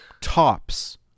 tops